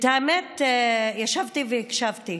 האמת, ישבתי והקשבתי